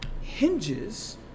hinges